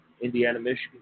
Indiana-Michigan